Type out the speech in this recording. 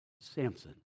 Samson